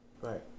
Right